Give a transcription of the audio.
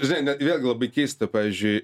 žinai net vėlgi labai keista pavyzdžiui